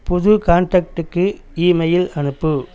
புது காண்டக்ட்டுக்கு இமெயில் அனுப்பு